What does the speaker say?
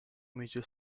amici